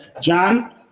john